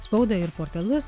spaudą ir portalus